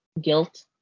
guilt